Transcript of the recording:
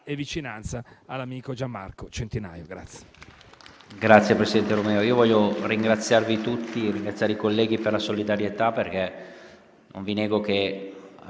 e vicinanza all'amico Gian Marco Centinaio.